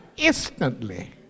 instantly